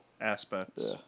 aspects